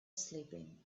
sleeping